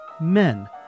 men